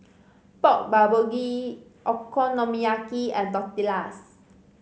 Pork Bulgogi Okonomiyaki and Tortillas